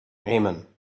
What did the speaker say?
amen